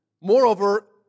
Moreover